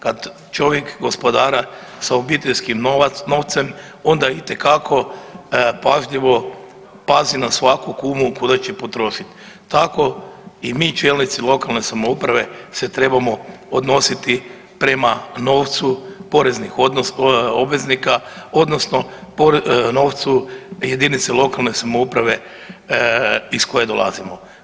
Kad čovjek gospodara sa obiteljskim novcem onda itekako pažljivo pazi na svaku kunu kuda će potrošiti, tako i mi čelnici lokalne samouprave se trebamo odnositi prema novcu poreznih obveznika odnosno novcu jedinica lokalne samouprave iz koje dolazimo.